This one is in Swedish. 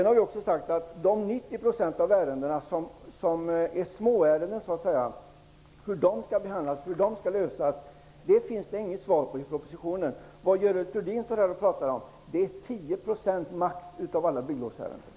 Hur de 90 % av ärendena som är småärenden skall behandlas ges inget svar på i propositionen. Görel Thurdin står här och talar om maximalt 10 % av alla bygglovsärenden.